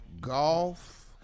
Golf